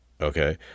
Okay